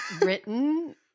written